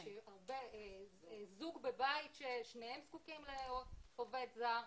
זוג בבית ששניהם זקוקים לעובד זר.